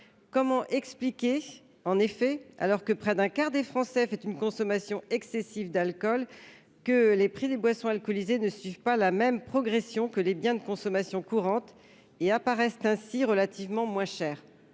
Comment expliquer en effet, alors que près d'un quart des Français font une consommation excessive d'alcool, que les prix des boissons alcoolisées ne suivent pas la même progression que les biens de consommation courante et apparaissent ainsi relativement moins chers ?